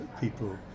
people